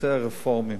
בנושא הרפורמים.